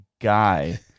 guy